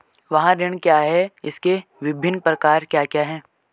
वाहन ऋण क्या है इसके विभिन्न प्रकार क्या क्या हैं?